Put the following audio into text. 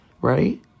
right